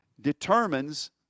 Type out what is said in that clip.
determines